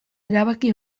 erabaki